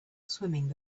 swimming